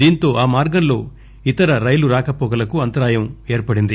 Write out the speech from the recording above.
దీంతో ఆ మార్గం లో ఇతర రైలు రాకపోకలకు అంతరాయం ఏర్పడింది